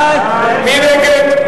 מי נגד?